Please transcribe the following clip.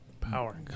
Power